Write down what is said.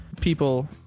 people